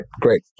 Great